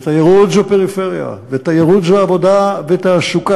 ותיירות זה פריפריה, ותיירות זה עבודה ותעסוקה.